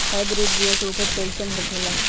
Hybrid बीया के उपज कैसन होखे ला?